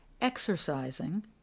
exercising